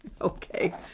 Okay